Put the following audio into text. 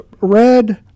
red